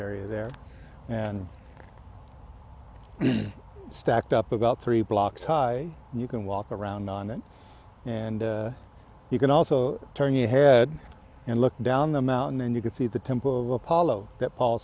area there and stacked up about three blocks high you can walk around on it and you can also turn your head and look down the mountain and you can see the temple of apollo that paul